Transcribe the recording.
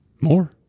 More